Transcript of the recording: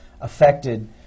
affected